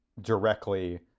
directly